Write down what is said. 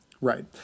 Right